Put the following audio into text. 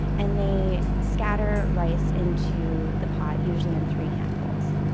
and they scatter rice into the pot, usually in three handfuls.